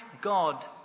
God